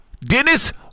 Dennis